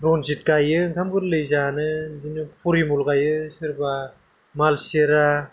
रन्जित गायो ओंखाम गोरलै जानो बिदिनो परिमल गायो सोरबा माल सिरा